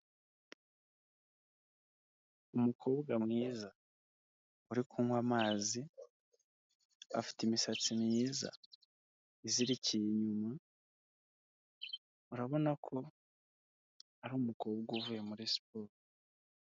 Umukobwa mwiza. Uri kunywa amazi. Afite imisatsi myiza. Izirikiye inyuma, urabona ko ari umukobwa uvuye muri siporo.